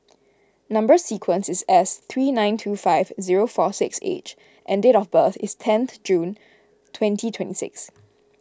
Number Sequence is S three nine two five zero four six H and date of birth is tenth June twenty twenty six